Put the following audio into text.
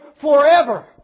forever